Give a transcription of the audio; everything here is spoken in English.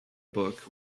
book